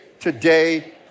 today